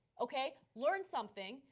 okay, learn something,